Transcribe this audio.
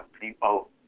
people